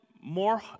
more